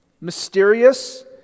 mysterious